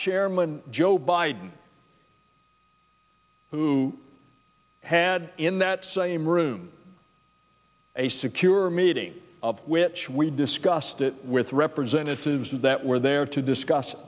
chairman joe biden who had in that same room a secure meeting of which we discussed it with representatives that were there to discuss